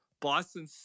Boston